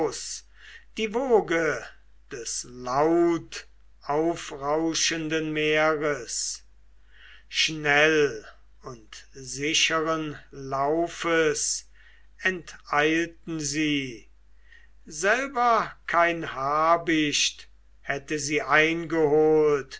die woge des lautaufrauschenden meeres schnell und sicheren laufes enteilten sie selber kein habicht hätte sie eingeholt